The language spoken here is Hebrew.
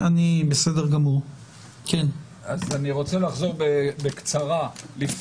אני רוצה לחזור בקצרה ולומר.